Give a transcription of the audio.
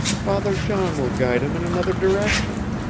father john will guide him in another direction.